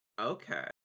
Okay